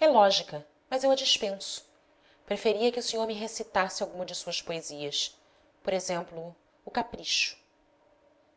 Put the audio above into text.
é lógica mas eu a dispenso preferia que o senhor me recitasse alguma de suas poesias por exemplo o capricho